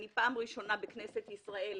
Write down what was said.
אני פעם ראשונה בכנסת ישראל.